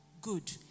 good